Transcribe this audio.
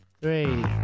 Three